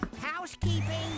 Housekeeping